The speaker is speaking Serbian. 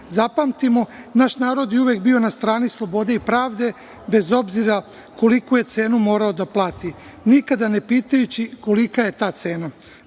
suprotno. Zapamtimo, naš narod je uvek bio na strani slobode i pravde, bez obzira koliku je cenu morao da plati, nikada ne pitajući kolika je ta cena.